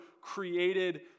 created